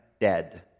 dead